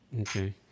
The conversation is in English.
Okay